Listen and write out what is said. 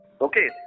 Okay